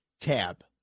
Tab